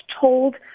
told